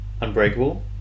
Unbreakable